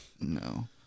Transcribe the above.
No